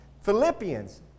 Philippians